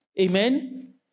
Amen